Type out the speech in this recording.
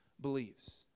Believes